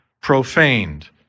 profaned